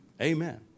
Amen